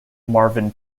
marvin